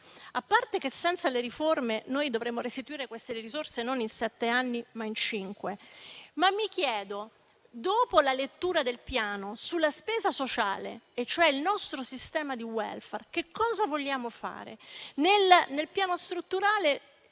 riforma, e senza le riforme dovremo restituire queste risorse non in sette anni, ma in cinque. Inoltre, mi chiedo: dopo la lettura del Piano, sulla spesa sociale, e cioè il nostro sistema di *welfare*, che cosa vogliamo fare? Nel Piano strutturale